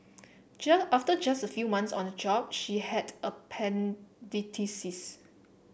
after just a few months on the job she had appendicitis